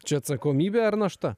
čia atsakomybė ar našta